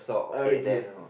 okay